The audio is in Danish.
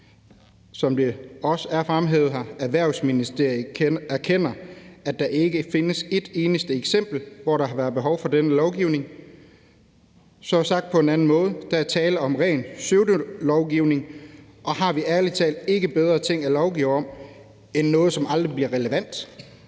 Som det også er blevet fremhævet, erkender Erhvervsministeriet, at der ikke findes et eneste eksempel på, at der har været behov for denne lovgivning. Så sagt på en anden måde er der tale om ren pseudolovgivning, og har vi ærlig talt ikke bedre ting at lovgive om end noget, som aldrig bliver relevant?